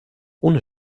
ohne